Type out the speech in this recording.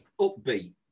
upbeat